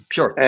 Sure